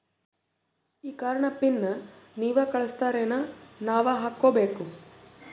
ಈ ಕಾರ್ಡ್ ನ ಪಿನ್ ನೀವ ಕಳಸ್ತಿರೇನ ನಾವಾ ಹಾಕ್ಕೊ ಬೇಕು?